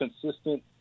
consistent